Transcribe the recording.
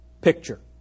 picture